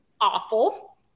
awful